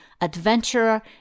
adventurer